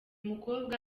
mukobwa